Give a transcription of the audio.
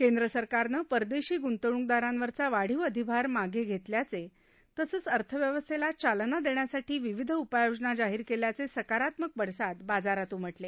केंद्र सरकारनं परदेशी गृंतवणुकदारावरचा वाढीव अधिभार मागे घेतल्याचे तसंच अर्थव्यवस्थेला चालना देण्यासाठी विविध उपाययोजना जाहीर केल्याचे सकारात्मक पडसाद बाजारात उमटले